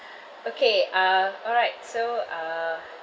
okay uh alright so uh